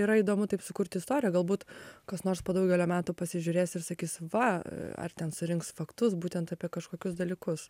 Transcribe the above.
yra įdomu taip sukurti istoriją galbūt kas nors po daugelio metų pasižiūrės ir sakys va ar ten surinks faktus būtent apie kažkokius dalykus